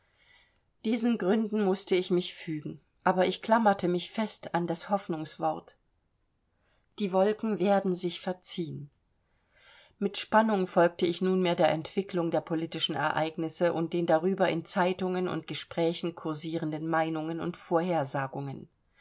diesen gründen mußte ich mich fügen aber ich klammerte mich fest an das hoffnungswort die wolken werden sich verziehen mit spannung folgte ich nunmehr der entwickelung der politischen ereignisse und den darüber in zeitungen und gesprächen kursierenden meinungen und vorhersagungen